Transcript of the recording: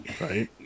Right